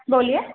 بولیے